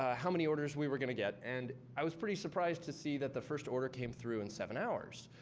ah how many orders we were going to get. and i was pretty surprised to see that the first order came through in seven hours.